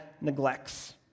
neglects